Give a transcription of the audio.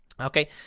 Okay